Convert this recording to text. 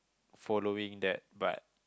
following that but